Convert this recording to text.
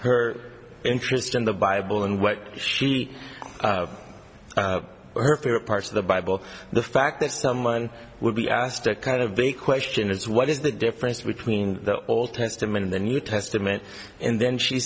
her interest in the bible and what she or her favorite parts of the bible the fact that someone would be asked a kind of a question is what is the difference between the old testament in the new testament and then she